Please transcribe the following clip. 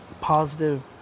positive